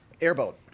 Airboat